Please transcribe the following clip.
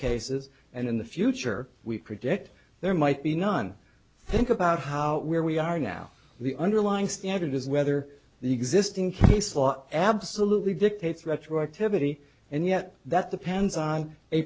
cases and in the future we predict there might be none think about how we're we are now the underlying standard is whether the existing case law absolutely dictates retroactivity and yet that depends on a